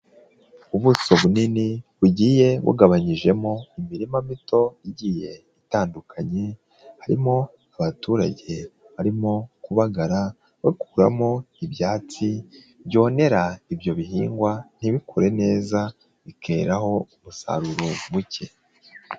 Ubuso bunini bugiye bugabanyijemo imirima mito igiye itandukanye, harimo abaturage barimo kubagara bakuramo ibyatsi byonera ibyo bihingwa ntibikure neza bikeraho umusaruro muke.